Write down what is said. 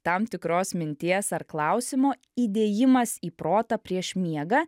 tam tikros minties ar klausimo įdėjimas į protą prieš miegą